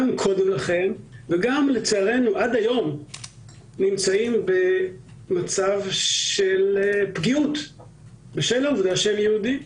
1952 ועד היום נמצאים במצב של פגיעות בשל העובדה שהם יהודים.